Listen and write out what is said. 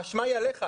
האשמה היא עליך,